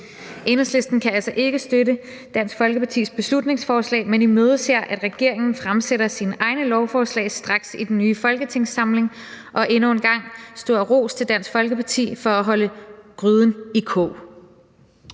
Enhedslisten kan altså ikke støtte Dansk Folkepartis beslutningsforslag, men imødeser, at regeringen fremsætter sine egne lovforslag straks i den nye folketingssamling; og endnu en gang stor ros til Dansk Folkeparti for at holde gryden i kog.